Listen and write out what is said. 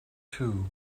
too